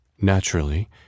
Naturally